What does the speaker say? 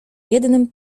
jednym